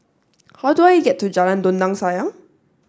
how do I get to Jalan Dondang Sayang